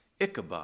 Ichabod